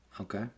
Okay